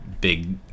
big